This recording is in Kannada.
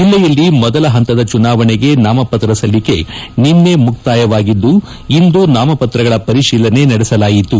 ಜಲ್ಲೆಯಲ್ಲಿ ಮೊದಲ ಪಂತದ ಚುನಾವಣೆಗೆ ನಾಮಪತ್ರ ಸಲ್ಲಿಕೆ ನಿನ್ನೆ ಮುಕ್ತಾಯವಾಗಿದ್ದು ಇಂದು ನಾಮಪತ್ರಗಳ ಪರಿಶೀಲನೆ ನಡೆಸಲಾಯಿತು